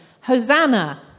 Hosanna